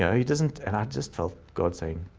he doesn't. and i just felt god saying,